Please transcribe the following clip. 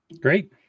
Great